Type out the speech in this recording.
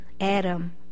Adam